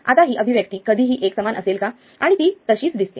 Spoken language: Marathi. आता ही अभिव्यक्ती कधीही एक समान असेल का आणि ती तशीच दिसते